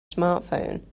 smartphone